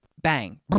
bang